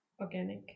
Organic